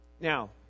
Now